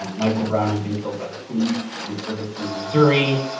um michael brown had been killed by the police and ferguson, missouri,